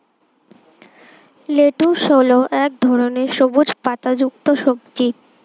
lettuce হল এক ধরনের সবুজ পাতাযুক্ত সবজি